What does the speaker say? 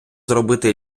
зробити